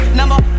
number